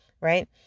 right